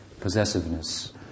possessiveness